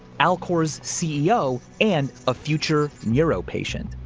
alcor's ceo and a future neuro patient.